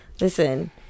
Listen